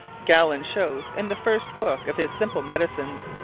gallen shewes in the first booke of his simple medicines,